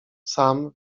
sam